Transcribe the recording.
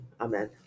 Amen